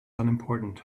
unimportant